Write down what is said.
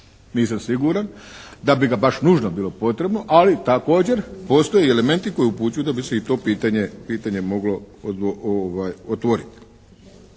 Nisam siguran da bi ga baš nužno bilo potrebno, ali također postoje elementi koji upućuju da bi se i to pitanje moglo otvoriti.